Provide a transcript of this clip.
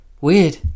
Weird